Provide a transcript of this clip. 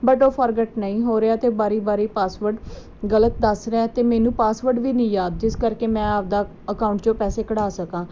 but ਉਹ forgot ਨਹੀਂ ਹੋ ਰਿਹਾ ਅਤੇ ਵਾਰੀ ਵਾਰੀ ਪਾਸਵਰਡ ਗਲਤ ਦੱਸ ਰਿਹਾ ਅਤੇ ਮੈਨੂੰ ਪਾਸਵਰਡ ਵੀ ਨਹੀਂ ਯਾਦ ਜਿਸ ਕਰਕੇ ਮੈਂ ਆਪਦਾ ਅਕਾਊਂਟ 'ਚੋਂ ਪੈਸੇ ਕਢਵਾ ਸਕਾਂ